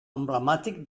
emblemàtic